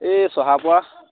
এই চহাৰ পৰা